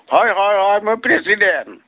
হয় হয় হয় মই প্ৰেছিডেন্ট